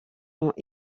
ont